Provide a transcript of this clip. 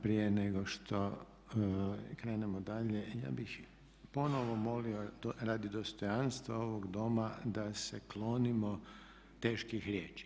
Prije nego što krenemo dalje, ja bih ponovo molio radi dostojanstva ovog Doma da se klonimo teških riječi.